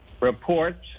reports